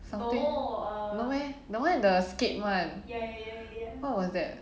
something no meh the one in the SCAPE [one] what was that